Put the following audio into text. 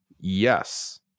Yes